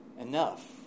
enough